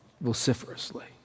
vociferously